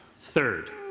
Third